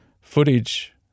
footage